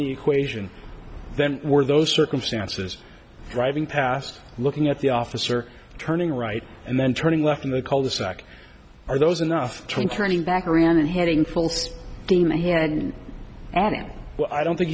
the equation then were those circumstances driving past looking at the officer turning right and then turning left in the cul de sac are those enough to turning back around and heading full stop in my hand am i don't think